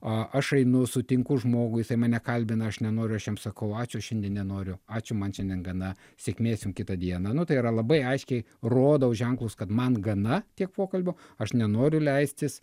aš einu sutinku žmogų jisai mane kalbina aš nenoriu aš jam sakau ačiū aš šiandien nenoriu ačiū man šiandien gana sėkmės jum kitą dieną nu tai yra labai aiškiai rodau ženklus kad man gana tiek pokalbio aš nenoriu leistis